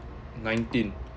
nineteen